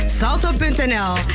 salto.nl